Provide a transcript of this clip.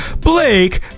blake